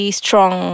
strong